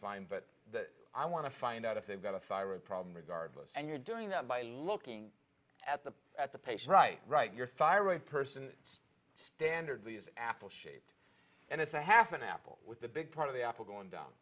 fine but that i want to find out if they've got a thyroid problem regardless and you're doing that by looking at the at the patient right write your thyroid person standard apple shape and it's a half an apple with the big part of the apple going down